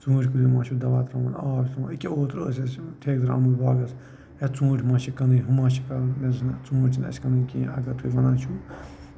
ژوٗنٛٹھۍ کُلیٚن ما چھُو دوا ترٛاوُن آب ترٛاوُن أکہِ اوٗترٕ ٲسۍ أسۍ ٹھیکدر آمُت باغَس منٛز یا ژوٗنٛٹھۍ ما چھِ کٕنٕنۍ ہُہ ما چھُ کَرُن نہَ حظ نہَ ژونٛٹھۍ چھِنہٕ اَسہِ کٕنٕنۍ کیٚنٛہہ اَگر تُہۍ وَنان چھِو